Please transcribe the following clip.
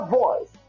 voice